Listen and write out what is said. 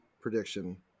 prediction